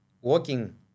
walking